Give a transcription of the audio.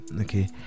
okay